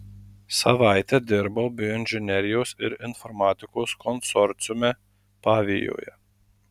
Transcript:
savaitę dirbau bioinžinerijos ir informatikos konsorciume pavijoje